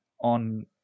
on